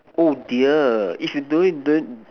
oh dear if you do it don't